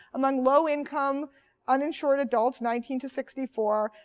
among low income uninsured adults nineteen to sixty four,